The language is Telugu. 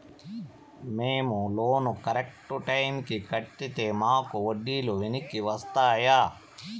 మేము లోను కరెక్టు టైముకి కట్టితే మాకు వడ్డీ లు వెనక్కి వస్తాయా?